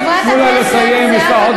חברת הכנסת זהבה גלאון, תנו לה לסיים.